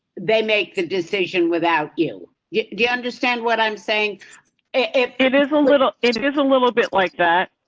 they make the decision without you. yeah you understand what i'm saying if it is a little it is a little bit like that.